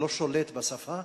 אני לא שולט בשפה,